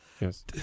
yes